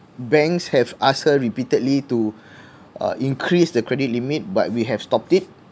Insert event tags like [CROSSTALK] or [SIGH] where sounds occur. banks have asked her repeatedly to [BREATH] uh increase the credit limit but we have stopped it